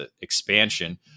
expansion